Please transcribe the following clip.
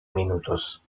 minutos